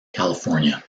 california